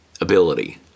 ability